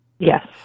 Yes